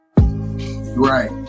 Right